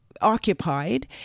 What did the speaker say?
occupied